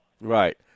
Right